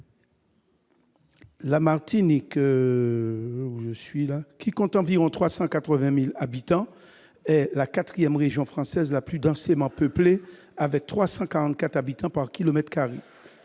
la Martinique, qui compte environ 380 000 habitants, est la quatrième région française la plus densément peuplée, avec 344 habitants par kilomètre carré.